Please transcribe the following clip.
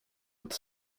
with